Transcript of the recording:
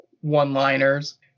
one-liners